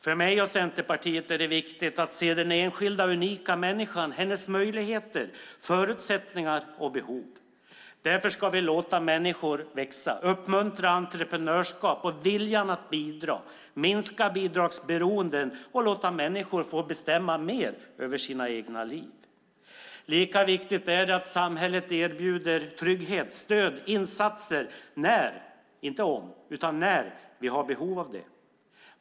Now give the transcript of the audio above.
För mig och Centerpartiet är det viktigt att se den enskilda, unika människan, hennes möjligheter, förutsättningar och behov. Därför ska vi låta människor växa, uppmuntra entreprenörskap och viljan att bidra, minska bidragsberoenden och låta människor få bestämma mer över sina egna liv. Lika viktigt är det att samhället erbjuder trygghet, stöd och insatser när - inte om utan när - vi har behov av det.